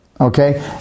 Okay